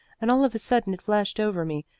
and all of a sudden it flashed over me,